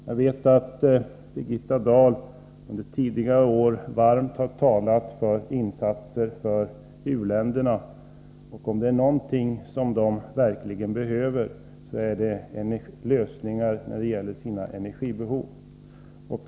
Jag vet att Birgitta Dahl under tidigare år varmt har talat för insatser för u-länderna. Om det är någonting som de verkligen behöver, så är det lösningar när det gäller deras energibehov.